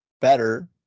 better